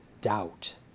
doubt